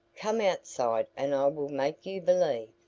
come outside, and i will make you believe.